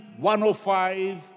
105